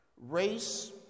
Race